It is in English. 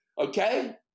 okay